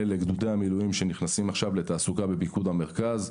לגדודי המילואים שנכנסים עכשיו לתעסוקה בפיקוד המרכז.